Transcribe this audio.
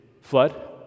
flood